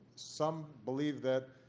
some believe that,